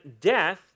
death